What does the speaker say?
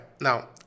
Now